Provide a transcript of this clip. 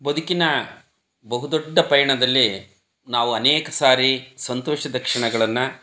ಬದುಕಿನ ಬಹು ದೊಡ್ಡ ಪಯಣದಲ್ಲಿ ನಾವು ಅನೇಕ ಸಾರಿ ಸಂತೋಷದ ಕ್ಷಣಗಳನ್ನು